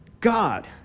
God